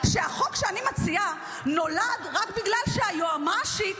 שהחוק שאני מציעה נולד רק בגלל שהיועמ"שית